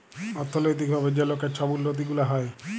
অথ্থলৈতিক ভাবে যে লকের ছব উল্লতি গুলা হ্যয়